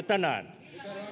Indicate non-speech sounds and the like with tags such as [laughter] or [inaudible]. [unintelligible] tänään